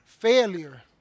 Failure